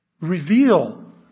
reveal